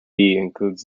includes